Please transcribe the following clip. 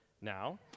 now